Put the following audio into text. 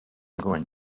going